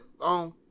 on